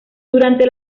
durante